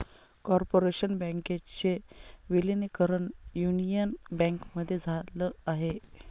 corporation बँकेचे विलीनीकरण union बँकेमध्ये झाल आहे